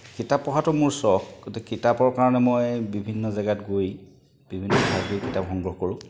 কিতাপ পঢ়াটো মোৰ চখ গতিকে কিতাপৰ কাৰণে মই বিভিন্ন জেগাত গৈ বিভিন্ন লাইব্ৰেৰী কিতাপ সংগ্ৰহ কৰোঁ